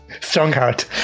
Strongheart